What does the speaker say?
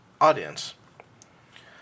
audience